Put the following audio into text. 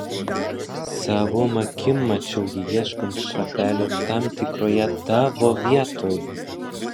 savom akim mačiau jį ieškant šapelio tam tikroje tavo vietoj